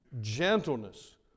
gentleness